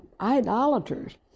idolaters